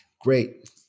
Great